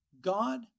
god